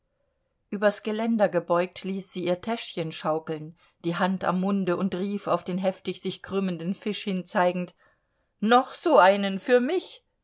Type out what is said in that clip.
übers geländer gebeugt ließ sie ihr täschchen schaukeln die hand am munde und rief auf den heftig sich krümmenden fisch hinzeigend noch so einen für mich